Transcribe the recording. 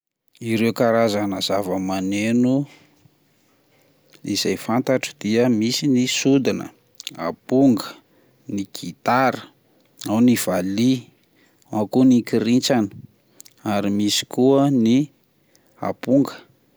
Ireo karazana zavamaneno izay fantatro dia misy ny sodina, aponga, ny gitara, ao ny valiha ,ao koa ny kirintsana, ary misy koa ny amponga.